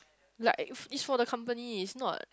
like it's for the company it's not